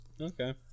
Okay